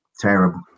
Terrible